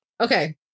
Okay